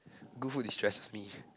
good food distresses me